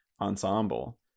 ensemble